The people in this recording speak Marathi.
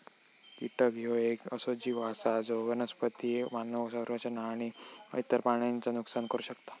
कीटक ह्यो येक असो जीव आसा जो वनस्पती, मानव संरचना आणि इतर प्राण्यांचा नुकसान करू शकता